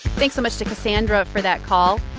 thanks so much to kassandra for that call.